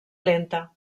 lenta